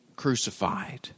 crucified